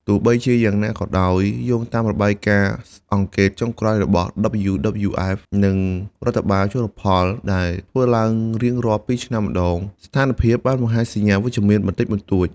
ទោះបីជាយ៉ាងណាក៏ដោយ យោងតាមរបាយការណ៍អង្កេតចុងក្រោយរបស់ WWF និងរដ្ឋបាលជលផល ដែលធ្វើឡើងរៀងរាល់ពីរឆ្នាំម្តង ស្ថានភាពបានបង្ហាញសញ្ញាវិជ្ជមានបន្តិចបន្តួច។